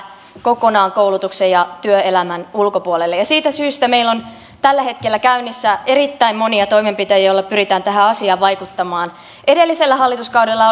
kokonaan koulutuksen ja työelämän ulkopuolelle siitä syystä meillä on tällä hetkellä käynnissä erittäin monia toimenpiteitä joilla pyritään tähän asiaan vaikuttamaan edellisellä hallituskaudella